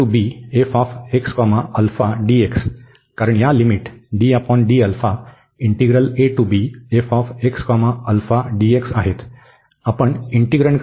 तर हे कारण या लिमिट आहेत आपण इंटिग्रन्डकडे जाऊ